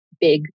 big